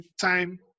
time